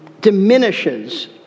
diminishes